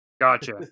Gotcha